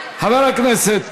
חבר הכנסת